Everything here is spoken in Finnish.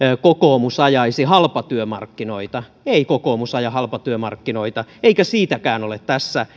kokoomus ajaisi halpatyömarkkinoita ei kokoomus aja halpatyömarkkinoita eikä siitäkään ole tässä